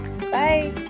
Bye